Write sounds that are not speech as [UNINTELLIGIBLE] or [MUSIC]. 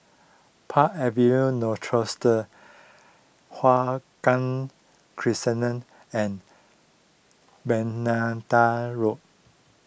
Park [UNINTELLIGIBLE] Rochester Hua Guan [UNINTELLIGIBLE] and Bermuda Road